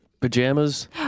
Pajamas